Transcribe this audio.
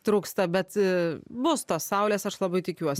trūksta bet bus tos saulės aš labai tikiuos